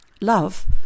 Love